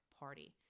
party